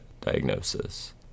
diagnosis